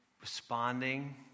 responding